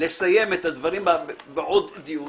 לסיים את הדברים בעוד דיון